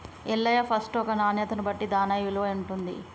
Ellaiah first ఒక నాణ్యతను బట్టి దాన్న విలువ ఉంటుంది